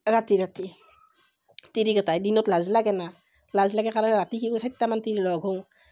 ৰাতি ৰাতি তিৰিকেইটাই দিনত লাজ লাগে না লাজ লাগে কাৰণে ৰাতি কি কৰোঁ চাৰিটামান তিৰি লগ হওঁ